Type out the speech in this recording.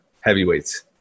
heavyweights